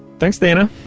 thanks, dana,